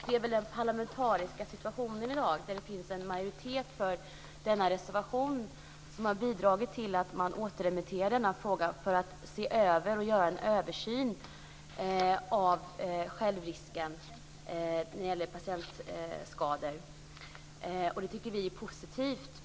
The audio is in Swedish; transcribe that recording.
Det är väl den parlamentariska situationen i dag, dvs. att det finns en majoritet för denna reservation, som har bidragit till att man återremitterar denna fråga för att se över självrisken när det gäller patientskador, och det tycker vi är positivt.